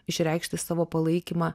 išreikšti savo palaikymą